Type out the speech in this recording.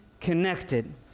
connected